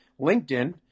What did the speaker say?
LinkedIn